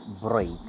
break